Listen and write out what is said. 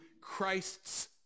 Christ's